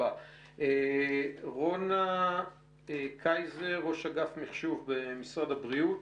ראש אגף מחשוב במשרד הבריאות.